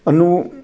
Anu